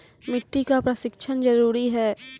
मिट्टी का परिक्षण जरुरी है?